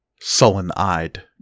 sullen-eyed